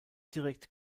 direkt